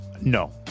no